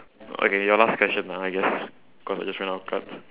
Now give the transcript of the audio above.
okay your last question ah I guess cause I just ran out of cards